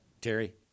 Terry